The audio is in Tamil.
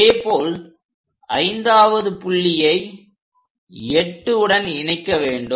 அதேபோல் 5வது புள்ளியை 8 உடன் இணைக்க வேண்டும்